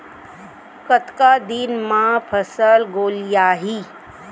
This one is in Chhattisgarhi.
कतका दिन म फसल गोलियाही?